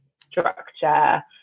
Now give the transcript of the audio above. structure